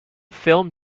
film